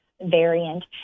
variant